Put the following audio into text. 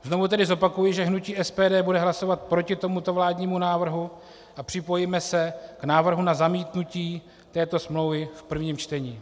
Znovu tedy zopakuji, že hnutí SPD bude hlasovat proti tomuto vládnímu návrhu a připojíme se k návrhu na zamítnutí této smlouvy v prvním čtení.